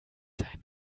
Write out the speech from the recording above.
sein